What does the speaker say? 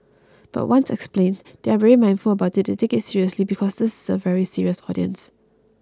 but once explained they are very mindful about it they take it seriously because this is a very serious audience